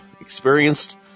experienced